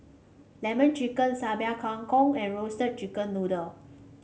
lemon chicken Sambal Kangkong and Roasted Chicken Noodle